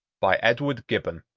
by edward gibbon